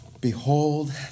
Behold